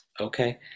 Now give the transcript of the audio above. Okay